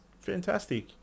fantastic